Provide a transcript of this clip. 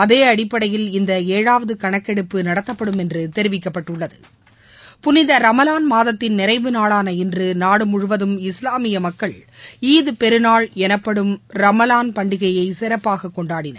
அதே அடிப்படையில் இந்த ஏழாவது கணக்கெடுப்பு நடத்தப்படும்என்று தெரிவிக்கப்பட்டுள்ளது புனித ரமலான் மாதத்தின் நிறைவு நாளான இன்று நாடு முழுவதும் இஸ்வாமிய மக்கள் ஈத் பெருநாள் எனப்படும் ரமலான் பண்டிகையை சிறப்பாக கொண்டாடினர்